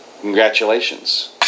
congratulations